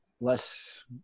less